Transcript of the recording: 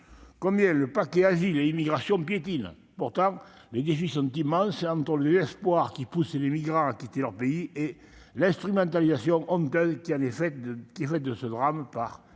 combien piétine le paquet Migration et asile. Pourtant, les défis sont immenses, entre le désespoir qui pousse les migrants à quitter leur pays et l'instrumentalisation honteuse qui est faite de ce drame par